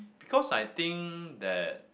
because I think that